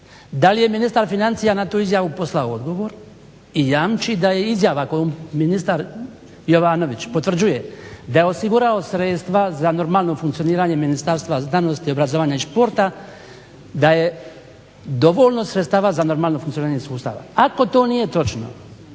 Da li je ministar financija na tu izjavu poslao odgovor i jamči da je izjava kojom ministar Jovanović potvrđuje da je osigurao sredstva za normalno funkcioniranje Ministarstva znanosti, obrazovanja i sporta da je dovoljno sredstava za normalno funkcioniranje sustava? Ako to nije točno